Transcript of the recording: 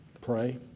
Pray